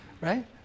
right